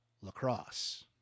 Lacrosse